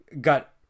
got